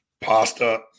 Pasta